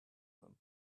them